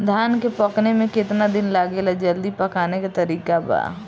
धान के पकने में केतना दिन लागेला जल्दी पकाने के तरीका बा?